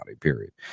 period